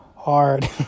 hard